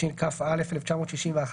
התשכ"א-1961 ,